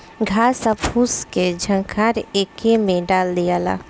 घास आ फूस के झंखार एके में डाल दियाला